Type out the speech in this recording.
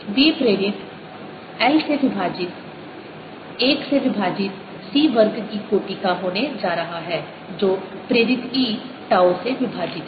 B प्रेरित l से विभाजित l से विभाजित C वर्ग की कोटि का होने जा रहा है जो प्रेरित E टाउ से विभाजित है